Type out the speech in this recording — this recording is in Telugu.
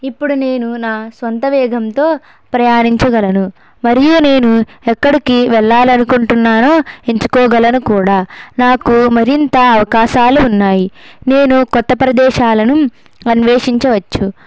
ఇప్పుడు నేను నా సొంత వేగంతో ప్రయాణించగలను మరియు నేను ఎక్కడికి వెళ్ళాలని అనుకుంటున్నానో ఎంచుకోగలను కూడా నాకు మరింత అవకాశాలు ఉన్నాయి నేను కొత్త ప్రదేశాలను అన్వేషించవచ్చు